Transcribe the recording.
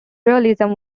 realism